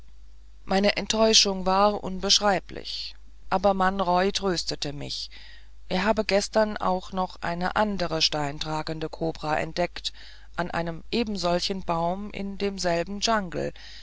meine enttäuschung war unbeschreiblich aber man roy tröstete mich er habe gestern auch noch eine andere steintragende kobra entdeckt an einem ebensolchen baum in denselben